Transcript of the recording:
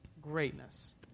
greatness